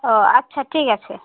ও আচ্ছা ঠিক আছে